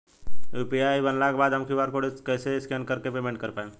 UPI बनला के बाद हम क्यू.आर कोड स्कैन कर के पेमेंट कइसे कर पाएम?